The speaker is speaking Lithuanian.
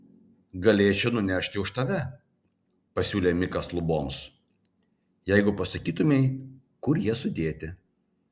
galėčiau nunešti už tave pasiūlė mikas luboms jeigu pasakytumei kur jie sudėti